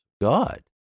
God